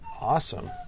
Awesome